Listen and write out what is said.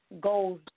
goals